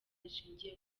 rishingiye